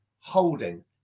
Holding